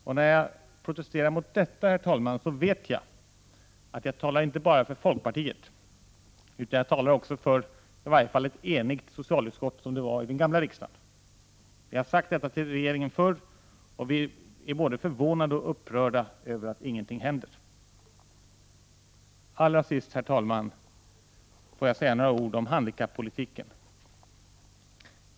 När jag protesterar mot detta, herr talman, vet jag att jag talar inte bara för folkpartiet utan också för ett enigt socialutskott, i varje fall i den förra riksdagen. Vi har tidigare sagt detta till regeringen, och vi är både förvånade och upprörda över att ingenting händer. Allra sist, herr talman, vill jag säga några ord om handikappolitiken.